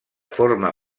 forma